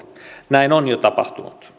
näin on jo tapahtunut